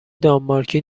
دانمارکی